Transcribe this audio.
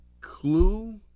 Clue